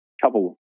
couple